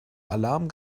alarm